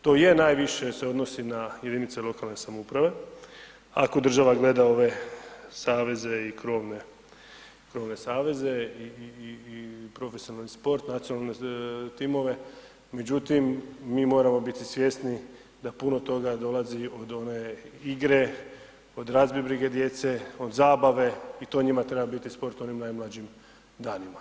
To je najviše se odnosi na jedinice lokalne samouprave ako država gleda ove saveze i krovne saveze i profesionalni sport, nacionalne timove, međutim mi moramo biti svjesni da puno toga dolazi od one igre, od razbibrige djece, od zabave i to njima treba biti sport u onim najmlađim danima.